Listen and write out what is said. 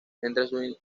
entre